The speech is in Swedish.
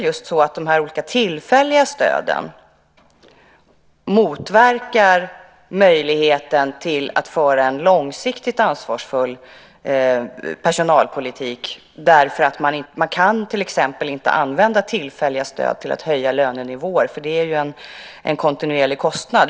Dessa olika tillfälliga stöd motverkar väl också möjligheten till att föra en långsiktigt ansvarsfull personalpolitik, eftersom man till exempel inte kan använda tillfälliga stöd till att höja lönerna då det ju är fråga om en kontinuerlig kostnad.